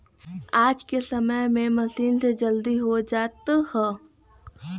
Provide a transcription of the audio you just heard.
आज के समय में मसीन से जल्दी हो जात हउवे